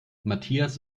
matthias